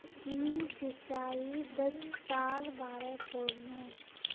मी सिंचाई दक्षतार बारे पढ़नु